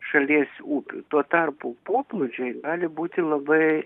šalies ūkių tuo tarpu poplūdžiai gali būti labai